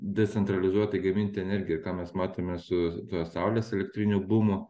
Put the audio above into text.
decentralizuotai gaminti energiją ką mes matėme su tuo saulės elektrinių bumu